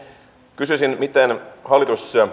kysyisin miten hallitus